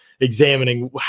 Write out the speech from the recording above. examining